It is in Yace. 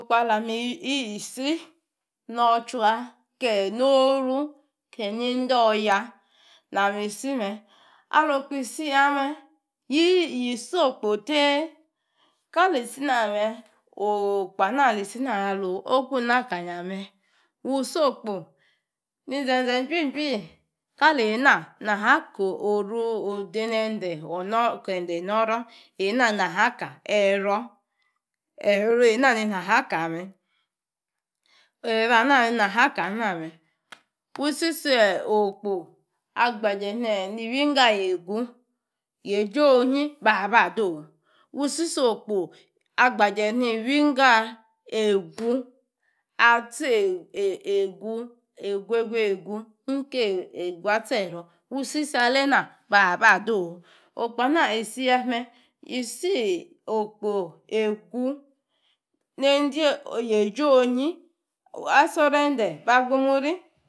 Yisi nor tua ke noru ke nyedei oyaa na mi isimme alu-okpo isiyamme, yi si okpo tei kalun si na mme oku aloku inakanya mma wusokpp, zenze juii, juii kali ena akoru odenede kende noro ena naa ka-ero, ero ena naha kame erona naha kam woo sisio okpo agbaje ni iwiga egu nyegi onyi badoo, wusi so-okpo agbaje ru iwingar egu atsi egu eguegu, egu nikie egu atsi-ero wusis alana, bwaba dowu okpona isia mme yi si okpo egu nyidei yegi onyi. Asuro ende agbumorii.